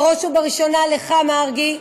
ובראש ובראשונה לך, מרגי,